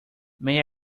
may